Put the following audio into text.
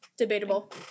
Debatable